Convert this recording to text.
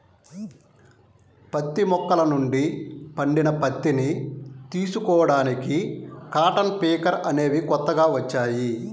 పత్తి మొక్కల నుండి పండిన పత్తిని తీసుకోడానికి కాటన్ పికర్ అనేవి కొత్తగా వచ్చాయి